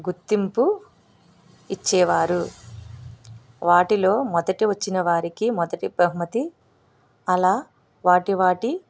గుర్తింపు ఇచ్చేవారు వాటిలో మొదట వచ్చిన వారికి మొదటి బహుమతి అలా వాటి వాటి